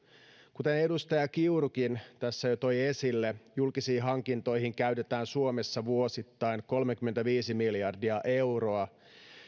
kuten edustaja kiurukin tässä jo toi esille julkisiin hankintoihin käytetään suomessa vuosittain kolmekymmentäviisi miljardia euroa